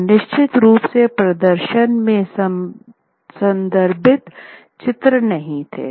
और निश्चित रूप से प्रदर्शन में संदर्भित चित्र नहीं थे